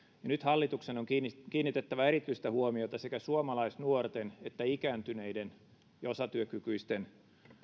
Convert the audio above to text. nyt hallituksen on kiinnitettävä erityistä huomiota sekä suomalaisnuorten että ikääntyneiden ja osatyökykyisten